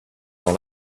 dans